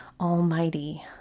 almighty